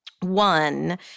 One